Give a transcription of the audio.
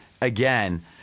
Again